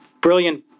brilliant